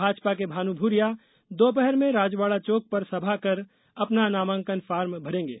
भाजपा के भानू भूरिया दोपहर में राजवाडा चौक पर सभा कर कर अपना नामाकन फार्म भरेंगे